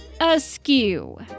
askew